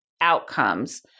outcomes